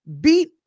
beat